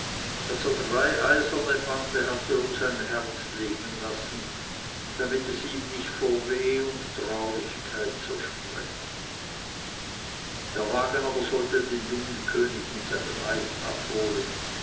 drei eiserne bande hatte um sein herz legen lassen damit es ihm nicht vor weh und traurigkeit zerspränge der wagen aber sollte den jungen könig in sein reich abholen